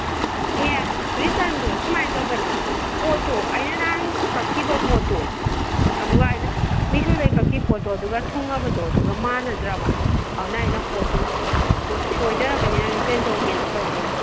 ꯑꯦ ꯍꯧꯖꯤꯛꯀꯥꯟꯗꯣ ꯁꯨꯃꯥꯏꯅ ꯇꯧꯕꯅꯦ ꯄꯣꯠ ꯑꯩꯅ ꯅꯍꯥꯟ ꯀꯛꯈꯤꯕ ꯄꯣꯠꯇꯨ ꯑꯗꯨꯒ ꯑꯩꯅ ꯃꯤꯁꯣꯗꯒꯤ ꯀꯛꯈꯤꯕ ꯄꯣꯠꯇꯨ ꯑꯗꯨꯒ ꯊꯨꯡꯉꯕꯗꯣ ꯑꯗꯨꯒ ꯃꯥꯟꯅꯗ꯭ꯔꯕ ꯑꯗꯨꯅ ꯑꯩꯅ ꯄꯣꯠꯇꯨ ꯁꯨꯝ ꯁꯣꯏꯅꯔꯕꯅꯤꯅ ꯔꯤꯇꯔꯟ ꯇꯧꯒꯦ ꯇꯧꯕꯩꯅꯦ